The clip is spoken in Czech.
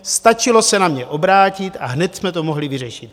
Stačilo se na mě obrátit a hned jsme to mohli vyřešit.